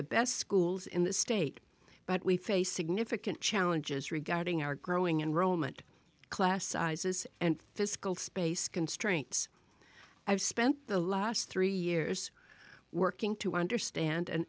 the best schools in the state but we face significant challenges regarding our growing in rome and class sizes and physical space constraints i've spent the last three years working to understand and